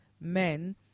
Men